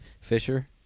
Fisher